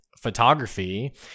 photography